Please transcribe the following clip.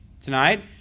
tonight